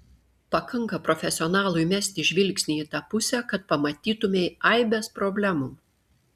pakanka profesionalui mesti žvilgsnį į tą pusę kad pamatytumei aibes problemų